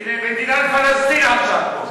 הנה, מדינת פלסטין עכשיו פה.